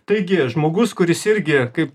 taigi žmogus kuris irgi kaip